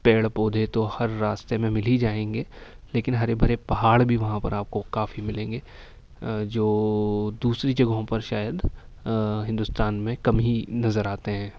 پیڑ پودھے تو ہر راستے میں مل ہی جائیں گے لیکن ہرے بھرے پہاڑ وہاں پر آپ کو کافی ملیں گے جو دوسری جگہوں پر شاید ہندوستان میں کم ہی نظر آتے ہیں